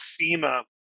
FEMA